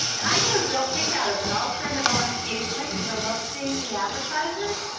and i get a real kick out of it. i'll turn it on occasionally. cause i love seeing the advertisers.